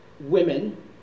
women